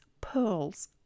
pearls